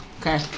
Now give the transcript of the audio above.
Okay